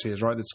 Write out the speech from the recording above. right